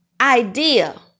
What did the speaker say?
idea